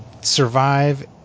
survive